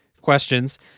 questions